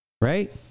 right